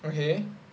okay